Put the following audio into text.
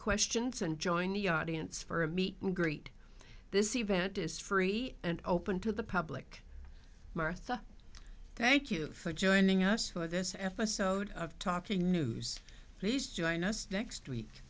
questions and join the audience for a meet and greet this event is free and open to the public martha thank you for joining us for this episode of talking news please join us next week